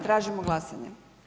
Tražimo glasanje.